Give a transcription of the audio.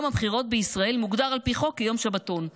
יום הבחירות בישראל מוגדר על פי חוק כיום שבתון,